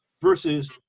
versus